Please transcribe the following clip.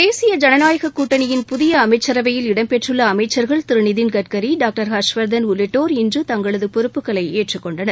தேசிய ஜனநாயக கூட்டணியின் புதிய அமைச்சரவையில் இடம்பெற்றுள்ள அமைச்சர்கள் திரு நிதின் கட்கரி டாக்டர் ஹர்ஷ்வர்தன் உள்ளிட்டோர் இன்று தங்களது பொறுப்புகளை ஏற்றுக் கொண்டனர்